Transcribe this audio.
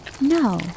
No